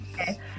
Okay